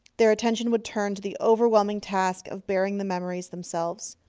their attention would turn to the overwhelming task of bearing the memories themselves.